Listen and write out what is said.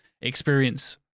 experience